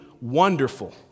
wonderful